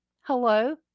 Hello